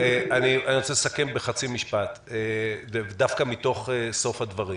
אני רוצה לסכם בחצי משפט, דווקא מתוך סוף הדברים.